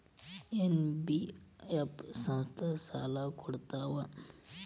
NBF ಸಂಸ್ಥಾ ಸಾಲಾ ಕೊಡ್ತಾವಾ?